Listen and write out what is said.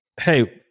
Hey